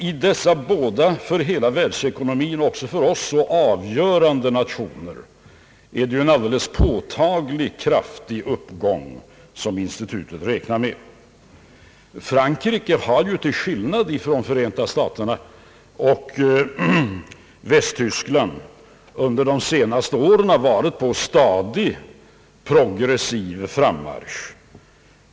I dessa båda för hela världsekonomin och därmed också för oss så avgörande nationer redovisar institutet en alldeles påtagligt kraftig uppgång. Frankrike har till skillnad från Förenta staterna och Västtyskland under de senaste åren varit på stadig progressiv frammarsch.